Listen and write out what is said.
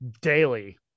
daily